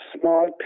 small